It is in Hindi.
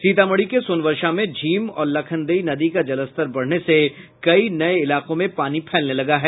सीतामढ़ी के सोनबर्षा में झीम और लखनदेई नदी का जलस्तर बढ़ने से कई नये इलाकों में पानी फैलने लगा है